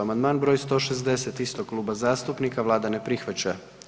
Amandman br. 160. istog kluba zastupnika, Vlada ne prihvaća.